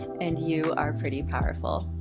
and you are pretty powerful.